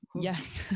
Yes